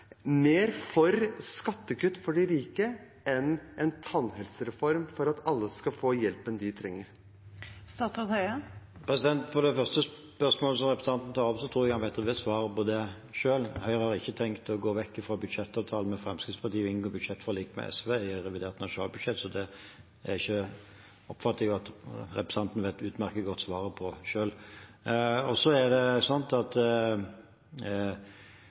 mer for skattekutt for de rike enn de er for en tannhelsereform for at alle skal få hjelpen de trenger? På det første spørsmålet som representanten tar opp, tror jeg han vet svaret selv. Høyre har ikke tenkt å gå bort fra budsjettavtalen med Fremskrittspartiet og inngå budsjettforlik med SV i revidert nasjonalbudsjett. Så det spørsmålet oppfatter jeg at representanten utmerket godt vet svaret på selv. Så er det slik at